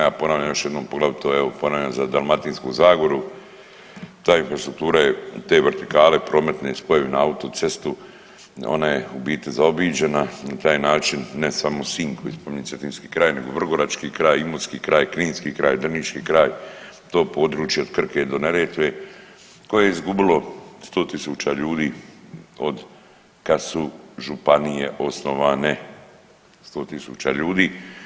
Ja ponavljam još jednom poglavito evo ponavljam za Dalmatinsku Zagoru ta infrastruktura je te vertikale prometne spojevi na autocestu ona je u biti zaobiđena na taj način ne samo Sinj koji spominjem cetinski kraj nego vrgorački kraj, imotski kraj, kninski kraj, drniški kraj to područje od Krke do Neretve koje je izgubilo 100.000 ljudi od kad su županije osnovane, 100.000 ljudi.